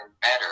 better